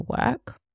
work